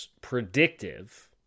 predictive